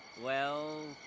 well,